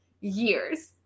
years